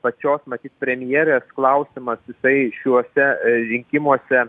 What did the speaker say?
pačios matyt premjerės klausimas jisai šiuose rinkimuose